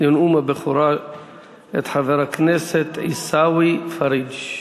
לנאום הבכורה את חבר הכנסת עיסאווי פריג'.